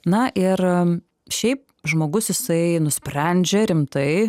na ir šiaip žmogus jisai nusprendžia rimtai